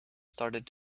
started